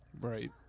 Right